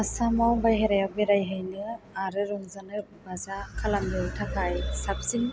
आसामाव बायहेरायाव बेरायहैनो आरो रंजानाय बाजा खालामनो थाखाय साबसिन